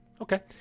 Okay